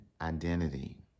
identity